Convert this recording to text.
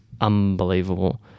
unbelievable